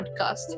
podcast